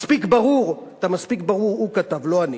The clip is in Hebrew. מספיק ברור?" את ה"מספיק ברור" הוא כתב, לא אני.